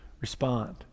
respond